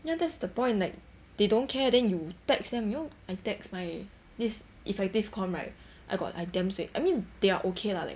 ya that's the point like they don't care then you text them you know I text my this effective com right I got like damn suay I mean they are okay lah like